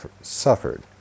suffered